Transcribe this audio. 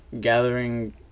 gathering